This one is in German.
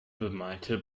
bemalte